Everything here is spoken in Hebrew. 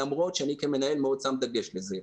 למרות שאני כמנהל שם דגש על זה.